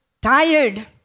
tired